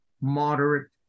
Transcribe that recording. moderate